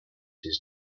his